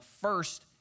first